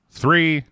three